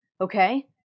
okay